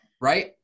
right